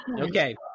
okay